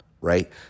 right